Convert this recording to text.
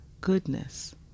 goodness